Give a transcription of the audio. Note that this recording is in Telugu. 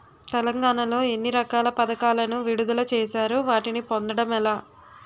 తెలంగాణ లో ఎన్ని రకాల పథకాలను విడుదల చేశారు? వాటిని పొందడం ఎలా?